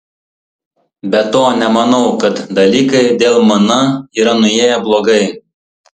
be to nemanau kad dalykai dėl mn yra nuėję blogai